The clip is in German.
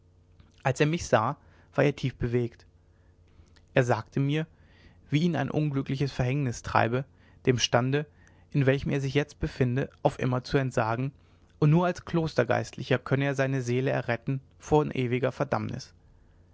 als er mich sah war er tief bewegt er sagte mir wie ihn ein unglückliches verhängnis treibe dem stande in welchem er sich jetzt befinde auf immer zu entsagen und nur als klostergeistlicher könne er seine seele erretten von ewiger verdammnis